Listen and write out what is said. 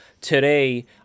today